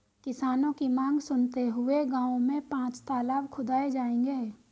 किसानों की मांग सुनते हुए गांव में पांच तलाब खुदाऐ जाएंगे